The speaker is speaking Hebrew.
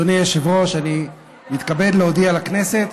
אדוני היושב-ראש, אני מתכבד להודיע לכנסת